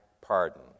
pardon